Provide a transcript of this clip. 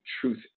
Truth